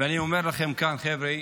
אני אומר לכם כאן, חבר'ה,